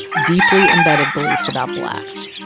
deeply embedded beliefs about blacks,